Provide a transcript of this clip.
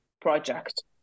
project